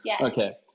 Okay